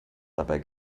dabei